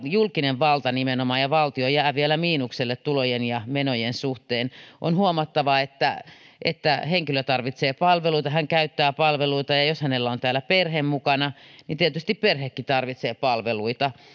julkinen valta valtio jää vielä miinukselle tulojen ja menojen suhteen on huomattava että että henkilö tarvitsee palveluita ja hän käyttää palveluita ja ja jos hänellä on täällä perhe mukana niin tietysti perhekin tarvitsee palveluita